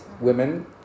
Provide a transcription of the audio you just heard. women